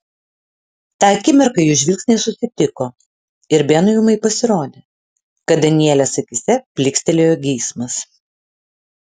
tą akimirką jų žvilgsniai susitiko ir benui ūmai pasirodė kad danielės akyse plykstelėjo geismas